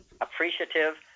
appreciative